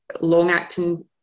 long-acting